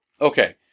Okay